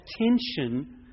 attention